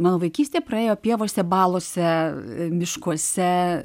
mano vaikystė praėjo pievose balose miškuose